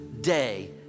day